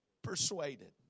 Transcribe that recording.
Persuaded